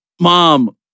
Mom